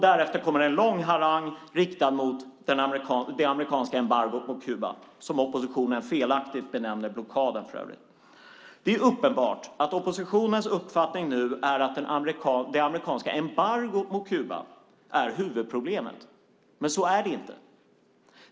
Därefter kommer en lång harang riktad mot det amerikanska embargot mot Kuba, som oppositionen felaktigt benämner blockaden för övrigt. Det är uppenbart att oppositionens uppfattning är att det amerikanska embargot mot Kuba är huvudproblemet, men så är det inte.